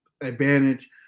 advantage